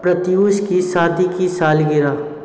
प्रत्युष की शादी की सालगिरह